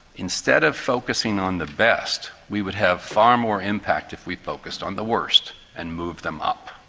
instead of focusing on the best, we would have far more impact if we focused on the worst and moved them up.